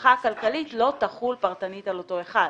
שההשלכה הכלכלית לא תחול פרטנית על אותו אחד.